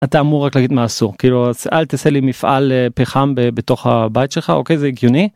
אתה אמור רק להגיד מה אסור כאילו אל תעשה לי מפעל פחם בתוך הבית שלך, אוקיי, זה הגיוני.